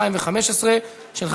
אני הצבעתי בטעות במקומו של עמיר פרץ.